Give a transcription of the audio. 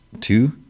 two